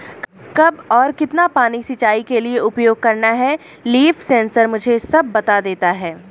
कब और कितना पानी सिंचाई के लिए उपयोग करना है लीफ सेंसर मुझे सब बता देता है